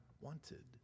wanted